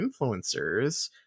influencers